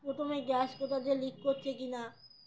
প্রথমে গ্যাস কোথা দিয়ে লিক করছে কি না